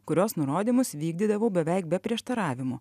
kurios nurodymus vykdydavau beveik be prieštaravimų